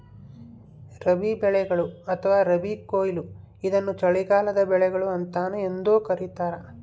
ರಬಿ ಬೆಳೆಗಳು ಅಥವಾ ರಬಿ ಕೊಯ್ಲು ಇದನ್ನು ಚಳಿಗಾಲದ ಬೆಳೆಗಳು ಅಂತಾನೂ ಎಂದೂ ಕರೀತಾರ